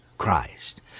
Christ